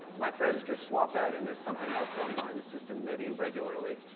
my thread is just swapped out and there's something else going on in the system maybe regularly.